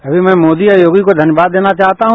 अभी मैं मोदी योगी को धन्यवाद देना चाहता हूं